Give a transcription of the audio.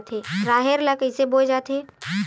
राहेर ल कइसे बोय जाथे?